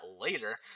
later